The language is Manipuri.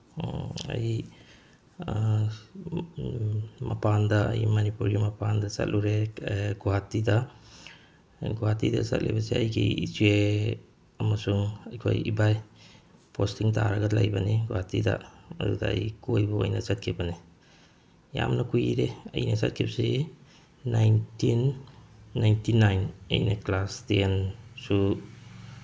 ꯑꯩ ꯃꯄꯥꯟꯗ ꯑꯩ ꯃꯅꯤꯄꯨꯔꯒꯤ ꯃꯄꯥꯟꯗ ꯆꯠꯂꯨꯔꯦ ꯒꯨꯍꯥꯇꯤꯗ ꯒꯨꯍꯥꯇꯤꯗ ꯆꯠꯂꯤꯕꯁꯦ ꯑꯩꯒꯤ ꯏꯆꯦ ꯑꯃꯁꯨꯡ ꯑꯩꯈꯣꯏ ꯏꯕꯥꯏ ꯄꯣꯁꯇꯤꯡ ꯇꯥꯔꯒ ꯂꯩꯕꯅꯤ ꯒꯨꯍꯥꯇꯤꯗ ꯑꯗꯨꯗ ꯑꯩ ꯀꯣꯏꯕ ꯑꯣꯏꯅ ꯆꯠꯈꯤꯕꯅꯤ ꯌꯥꯝꯅ ꯀꯨꯏꯔꯦ ꯑꯩꯅ ꯆꯠꯈꯤꯕꯁꯤ ꯅꯥꯏꯟꯇꯤꯟ ꯅꯥꯏꯟꯇꯤ ꯅꯥꯏꯟ ꯑꯩꯅ ꯀ꯭ꯂꯥꯁ ꯇꯦꯟꯁꯨ